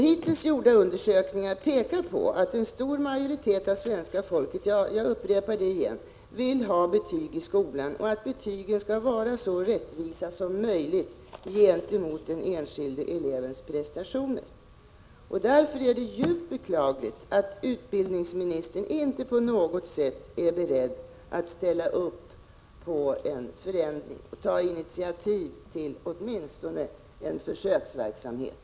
Hittills gjorda undersökningar pekar på — jag upprepar det igen — att en stor majoritet av svenska folket vill ha betyg i skolan och att betygen skall vara så rättvisa som möjligt gentemot den enskilda elevens prestationer. Därför är det djupt beklagligt att utbildningsministern inte på något sätt är beredd att ställa upp på en förändring eller ta initiativ till åtminstone en försöksverksamhet.